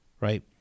right